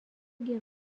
gern